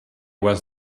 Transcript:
was